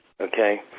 okay